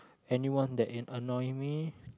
anyone that an~ annoy me